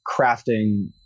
crafting